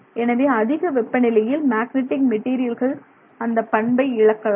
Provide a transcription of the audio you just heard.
எனவே அதிக வெப்பநிலையில் மேக்னெட்டிக் மெட்டீரியல்கள் அதன் பண்பை இழக்கலாம்